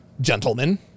gentlemen